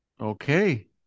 Okay